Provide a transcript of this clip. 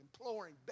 imploring